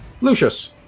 Lucius